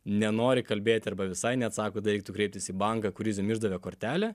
nenori kalbėti arba visai neatsako tai reiktų kreiptis į banką kuris jum išdavė kortelę